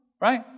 right